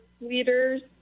leaders